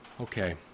Okay